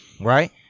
right